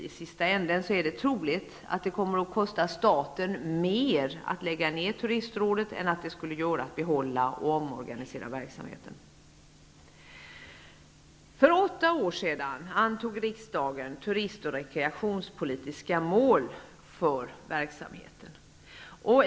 I sista änden är det troligt att det kommer att kosta staten mer att lägga ned Turistrådet än det skulle göra att behålla och omorganisera verksamheten. För åtta år sedan antog riksdagen turist och rekreationspolitiska mål för Turistrådets verksamhet.